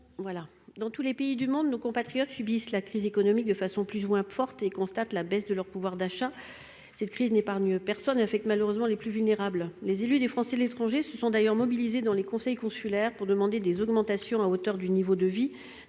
Dans tous les pays du monde, nos compatriotes subissent la crise économique plus ou moins fortement et constatent la baisse de leur pouvoir d'achat. Cette crise n'épargne personne et affecte malheureusement les plus vulnérables. Les élus des Français l'étranger se sont mobilisés dans les conseils consulaires pour demander des augmentations à hauteur du niveau de vie